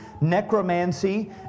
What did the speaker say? necromancy